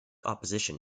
opposition